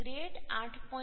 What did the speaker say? તેથી ગ્રેડ 8